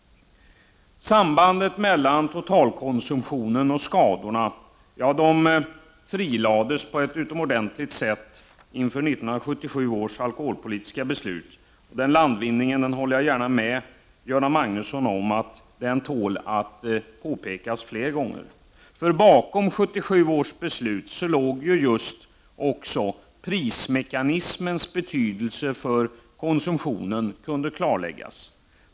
Sambandet mellan totalkonsumtionen och skadorna frilades på ett utomordentligt sätt inför 1977 års alkoholpolitiska beslut. Jag håller gärna med Göran Magnusson om att den landvinningen tål att framhållas fler gånger. Bakom 1977 års beslut låg också prismekanismens betydelse för konsumtionen.